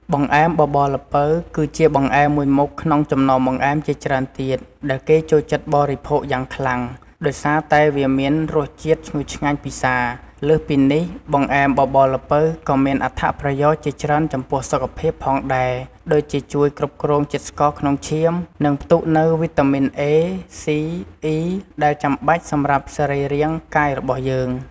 បង្អែមបបរល្ពៅគឺជាបង្អែមមួយមុខក្នុងចំណោមបង្អែមជាច្រើនទៀត ដែលគេចូលចិត្តបរិភោគយ៉ាងខ្លាំង ដោយសារតែវាមានរសជាតិឈ្ងុយឆ្ងាញ់ពិសា។ លើសពីនេះ បង្អែមបបរល្ពៅក៏មានអត្ថប្រយោជន៍ជាច្រើនចំពោះសុខភាពផងដែរ ដូចជាជួយគ្រប់គ្រងជាតិស្ករក្នុងឈាម និងផ្ទុកនូវវីតាមីន A, C, E ដែលចាំបាច់សម្រាប់សរីរាង្គកាយរបស់យើង។